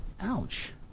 Ouch